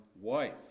wife